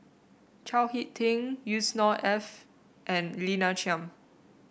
Chao HicK Tin Yusnor Ef and Lina Chiam